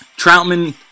Troutman